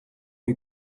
lui